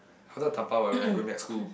how do I dabao ah when I going back school